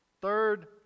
Third